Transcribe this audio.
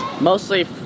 Mostly